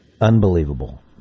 unbelievable